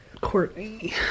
Courtney